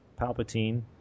Palpatine